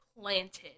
planted